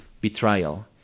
betrayal